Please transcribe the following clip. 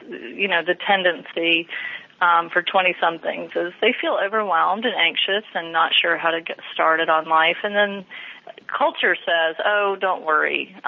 you know, the tendency um for twenty something, so they feel overwhelmed and anxious and not sure how to get started on life, and then culture says, oh, don't worry,